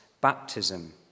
baptism